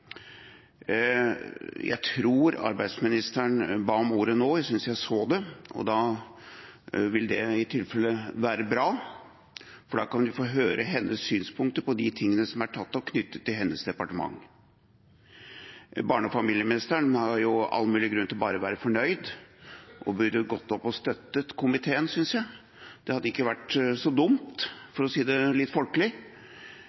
Jeg tror arbeidsministeren ba om ordet nå; jeg syntes jeg så det. Det vil i tilfelle være bra, for da kan vi få høre hennes synspunkter på de tingene som er tatt opp knyttet til hennes departement. Barne- og familieministeren har all mulig grunn til bare å være fornøyd og burde gått opp og støttet komiteen, synes jeg. Det hadde ikke vært så dumt,